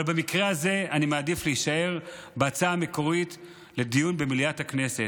אבל במקרה הזה אני מעדיף להישאר בהצעה המקורית לדיון במליאת הכנסת.